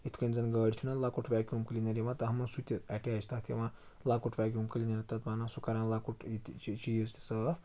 یِتھ کٔنۍ زَن گاڑِ چھُنہٕ لۄکُٹ وٮ۪کیوٗم کٕلیٖنَر یِوان تَتھ منٛز سُہ تہِ اَٹیچ تَتھ یِوان لۄکُٹ وٮ۪کیوٗم کٕلیٖنَر تَتھ بَنان سُہ کَران لۄکُٹ یہِ تہِ چیٖز تہِ صٲف